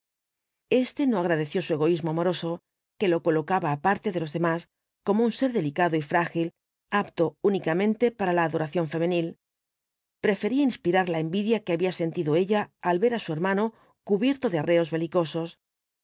este no agradeció su egoísmo amoroso que lo colocaba aparte de los demás como un ser delicado y frágil apto únicamente para la adoración femenil prefería inspirar la envidia que había sentido ella al ver á su hermano cubierto de arreos belicosos